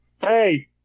Hey